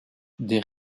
des